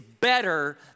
better